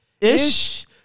ish